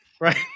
Right